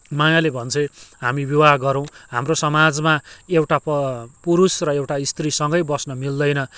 मायाले भन्छे हामी विवाह गरौँ हाम्रो समाजमा एउटा प पुरुष र एउटा स्त्री सँगै बस्न मिल्दैन